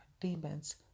demons